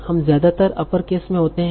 हम ज्यादातर upper case में होते हैं